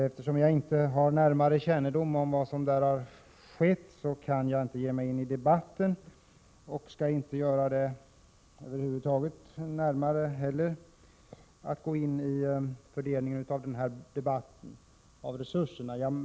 Eftersom jag inte har närmare kännedom om vad som där har skett, kan jag inte ge mig in i debatten om fördelningen av resurserna, och skall inte göra det heller.